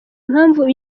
impamvu